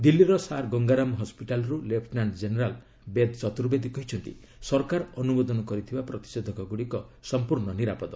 ଦିଲ୍ଲୀର ସାର୍ ଗଙ୍ଗାରାମ ହସ୍କିଟାଲରୁ lieutenant general Ved Chaturvedi କହିଛନ୍ତି ସରକାର ଅନୁମୋଦନ କରିଥିବା ପ୍ରତିଷେଧକ ଗୁଡ଼ିକ ସମ୍ପୂର୍ଣ୍ଣ ନିରାପଦ